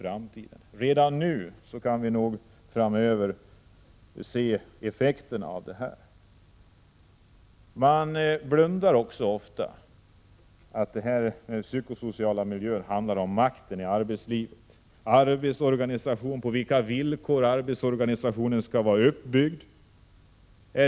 Redan nu kan man föreställa sig effekterna framöver. Man blundar också ofta därför att den psykosociala miljön handlar om makten i arbetslivet. Det handlar i många fall om på vilka villkor arbetsorganisationen skall vara uppbyggd.